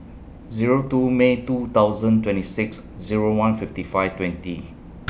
Zero two May two thousand twenty six Zero one fifty five twenty